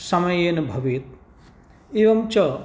समयेन भवेत् एवं च